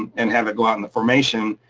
and have it go out in the formation.